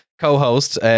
co-host